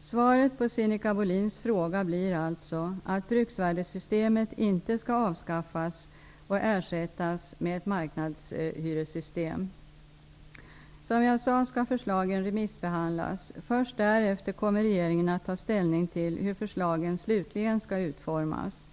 Svaret på Sinikka Bohlins fråga blir alltså att bruksvärdessystemet inte skall avskaffas och ersättas med ett marknadshyressystem. Som jag sade skall förslagen remissbehandlas. Först därefter kommer regeringen att ta ställning till hur förslagen slutligen skall utformas.